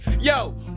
yo